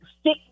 stick